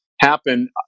happen